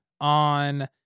on